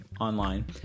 online